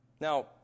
Now